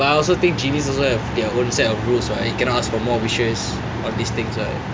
but I also think genie also have their own set of rules that you cannot ask for more wishes of these things [what]